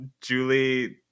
Julie